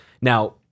Now